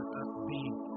upbeat